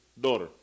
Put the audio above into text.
daughter